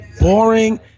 boring